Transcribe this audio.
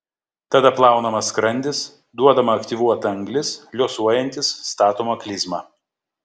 tada plaunamas skrandis duodama aktyvuota anglis liuosuojantys statoma klizma